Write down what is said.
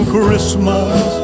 Christmas